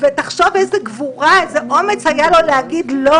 תחשוב איזה אומץ היה לו להגיד לא